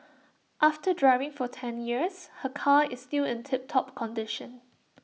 after driving for ten years her car is still in tiptop condition